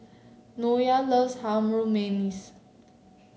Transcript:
Nya loves Harum Manis